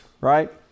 right